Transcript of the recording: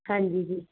ਹਾਂਜੀ ਜੀ